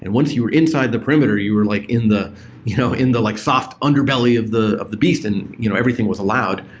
and once you're inside the perimeter, you're like in the you know in the like soft underbelly of the of the beast and you know everything was allowed.